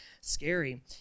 scary